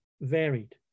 varied